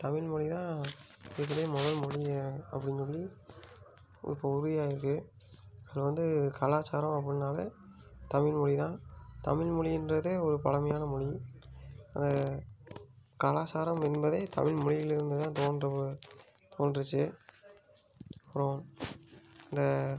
தமிழ் மொழி தான் இருக்கிறதுலே முதல் மொழி அப்படின்னு சொல்லி இப்போ உறுதியாகியிருக்கு அதில் வந்து கலாச்சாரம் அப்புடினாலே தமிழ் மொழி தான் தமிழ் மொழின்றதே ஒரு பழமையான மொழி அந்த கலாச்சாரம் என்பதே தமிழ் மொழியில் இருந்து தான் தோன்று தோன்றுச்சு அப்புறம் அந்த